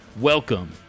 Welcome